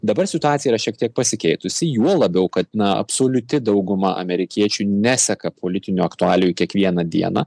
dabar situacija yra šiek tiek pasikeitusi juo labiau kad absoliuti dauguma amerikiečių neseka politinių aktualijų kiekvieną dieną